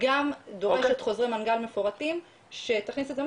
גם דורשת חוזרי מנכ"ל מפורטים שתכניס את זה,